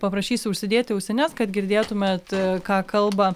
paprašysiu užsidėti ausines kad girdėtumėt ką kalba